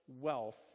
wealth